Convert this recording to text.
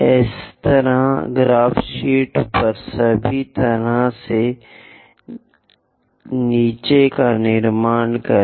इसी तरह graph sheet पर सभी तरह से नीचे निर्माण करें